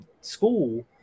school